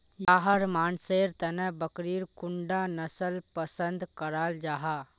याहर मानसेर तने बकरीर कुंडा नसल पसंद कराल जाहा?